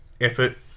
effort